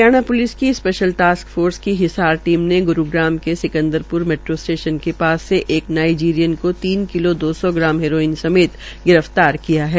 Haryana police की special task force की Hisar team ने ग्रूग्राम के सिकंदर मेट्रो स्टेशन के पास एक नाइजीरियन को तीन किलो दो सौ ग्राम हेरोइन समेत गिर फ्तार किया है